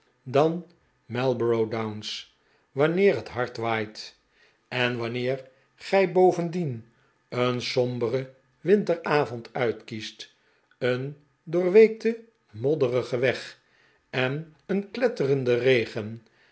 dan marlborough downs wanneer het hard waait en in regen en wind i b wanneer gij bovendien een somberen winteravond uitkiest een doorweekten modderigen weg en een kletterenden regen